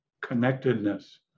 connectedness